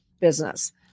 business